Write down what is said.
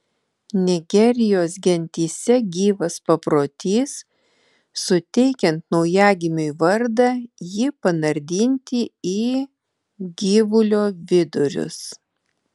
nigerijos gentyse gyvas paprotys suteikiant naujagimiui vardą jį panardinti į gyvulio vidurius